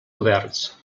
oberts